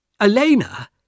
Elena